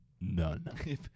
None